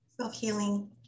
Self-healing